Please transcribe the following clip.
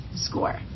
score